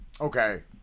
Okay